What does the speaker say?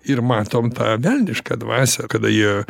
ir matom tą velnišką dvasią kada jie